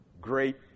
great